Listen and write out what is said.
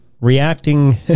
reacting